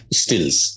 stills